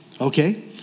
Okay